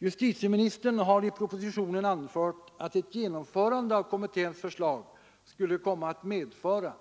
Justitieministern har i propositionen anfört att ett genomförande av kommitténs förslag skulle komma att medföra